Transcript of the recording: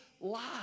lie